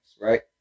right